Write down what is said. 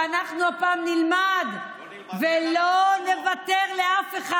ואנחנו הפעם נלמד ולא נוותר לאף אחד,